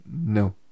No